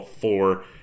four